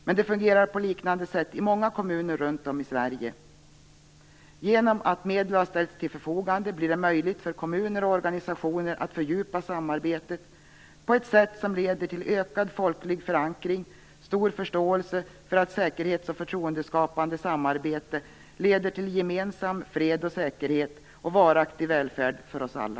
Men det fungerar på liknande sätt i många kommuner runt om i Sverige. Genom att medel har ställts till förfogande blir det möjligt för kommuner och organisationer att fördjupa samarbetet på ett sätt som leder till ökad folklig förankring och stor förståelse för att säkerhets och förtroendeskapande samarbete leder till gemensam fred och säkerhet och till varaktig välfärd för oss alla.